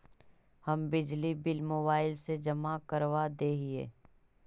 हम बिजली bill mobile से जमा करवा देहियै?